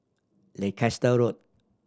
Leicester Road